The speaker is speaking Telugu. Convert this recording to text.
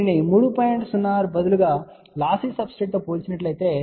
06 బదులుగా లాస్సీ సబ్స్ట్రేట్తో పోల్చినట్లయితే మాకు 3